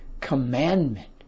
commandment